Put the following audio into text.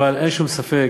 אבל אין שום ספק,